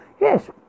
Yes